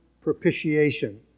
propitiation